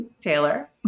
Taylor